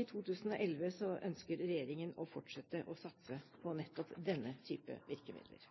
I 2011 ønsker regjeringen å fortsette satsingen på nettopp denne typen virkemidler.